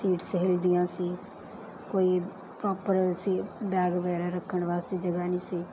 seats ਹਿੱਲਦੀਆਂ ਸੀ ਕੋਈ ਪ੍ਰੋਪਰ ਸੀ ਬੈਗ ਵਗੈਰਾ ਰੱਖਣ ਵਾਸਤੇ ਜਗ੍ਹਾ ਨਹੀਂ ਸੀ